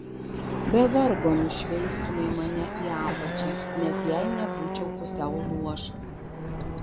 be vargo nušveistumei mane į apačią net jei nebūčiau pusiau luošas